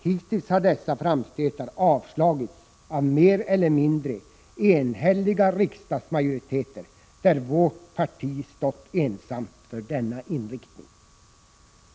Hittills har dessa framstötar avslagits av mer eller mindre enhälliga riksdagsmajoriteter. Vårt parti har ensamt stått för denna inriktning.